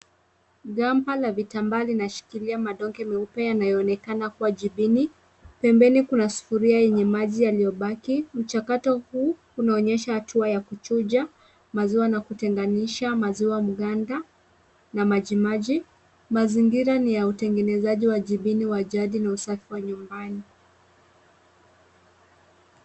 Gampa la vitambaa linashikilia madonge meupe yanayoonekana kuwa jibini. Pembeni kuna sufuria yenye maji yaliyobaki. Mchakato huu unaonyesha hatua ya kuchuja maziwa na kutenganisha maziwa mganda na majimaji. Mazingira ni wa utengenezaji wa jibini wa jadi na usafi wa nyumbani.